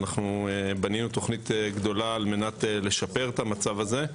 ואנחנו בנינו תוכנית גדולה על מנת לשפר את המצב הזה,